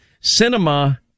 Cinema